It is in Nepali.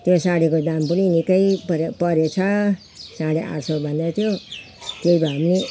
त्यो साडीको दाम पनि निकै पर्यो परेछ साढे आठ सौ भन्दैथ्यो त्यही भए पनि नि